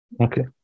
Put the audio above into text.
Okay